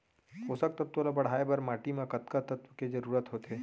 पोसक तत्व ला बढ़ाये बर माटी म कतका तत्व के जरूरत होथे?